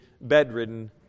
bedridden